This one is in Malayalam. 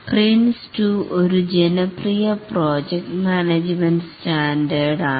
PRINCE2 ഒരു ജനപ്രിയ പ്രോജക്ട് മാനേജ്മെൻറ് സ്റ്റാൻഡേർഡ് ആണ്